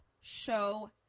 show